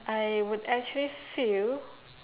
I would actually feel